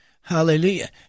Hallelujah